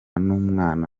n’umwana